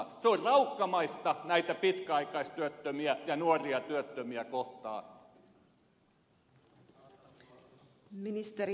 se on raukkamaista näitä pitkäaikaistyöttömiä ja nuoria työttömiä kohtaan